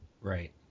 right